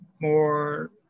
more